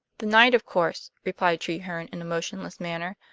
the night, of course, replied treherne in a motionless manner.